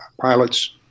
pilot's